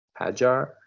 Pajar